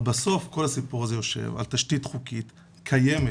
אבל בסוף כל הסיפור הזה יושב על תשתית חוקית קיימת,